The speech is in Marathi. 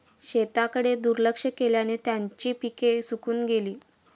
शेताकडे दुर्लक्ष केल्याने त्यांची पिके सुकून गेली